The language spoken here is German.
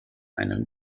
einem